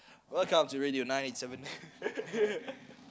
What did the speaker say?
welcome to radio nine eight seven